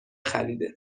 خریده